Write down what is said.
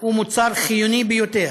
הוא מוצר חיוני ביותר.